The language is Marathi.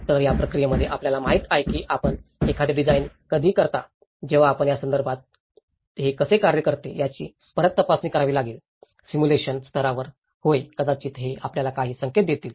तर या प्रक्रियेमध्ये आपल्याला माहित आहे की आपण एखादे डिझाइन कधी करता जेव्हा आपण या संदर्भात हे कसे कार्य करते याची परत तपासणी करावी लागेल सिम्युलेशन स्तरावर होय कदाचित हे आपल्याला काही संकेत देईल